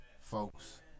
folks